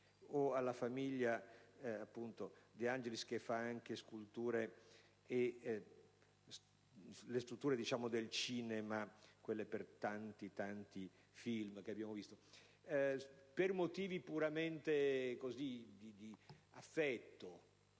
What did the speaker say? o alla famiglia De Angelis che fa anche sculture e le strutture per i tanti film che abbiamo visto, per motivi puramente di affetto,